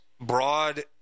broad